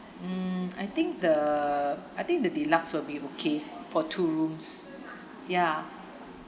um I think the I think the deluxe will be okay for two rooms ya